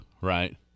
right